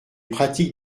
pratiques